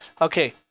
okay